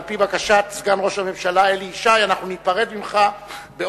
על-פי בקשת סגן ראש הממשלה אלי ישי אנחנו ניפרד ממך באופן